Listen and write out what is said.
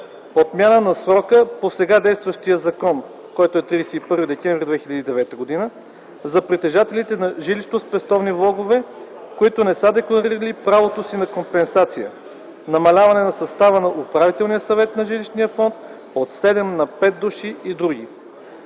отмяна на срока по сега действащия закон (31 декември 2009 г.) за притежателите на жилищноспестовни влогове, които не са декларирали правото си на компенсация, намаляване на състава на Управителния съвет на жилищния фонд от 7 на 5 души и други.